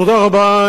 תודה רבה,